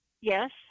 yes